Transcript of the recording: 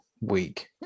week